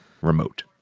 remote